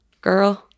Girl